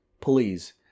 please